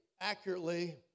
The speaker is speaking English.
accurately